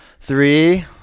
Three